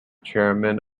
chairman